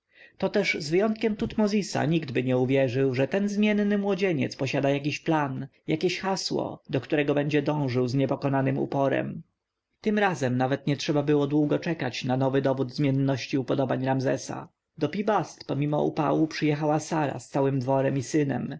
to też z wyjątkiem tutmozisa niktby nie uwierzył że ten zmienny młodzieniec posiada jakiś plan jakieś hasło do którego będzie dążył z niepokonanym uporem tym razem nawet nie trzeba było długo czekać na nowy dowód zmienności upodobań ramzesa do pi-bast pomimo upału przyjechała sara z całym dworem i synem